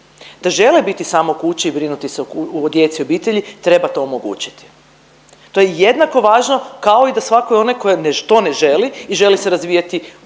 da žele biti samo kući i brinuti se o djeci u obitelji treba to omogućiti. To je jednako važno kao i da svatko onaj koji to ne želi i želi se razvijati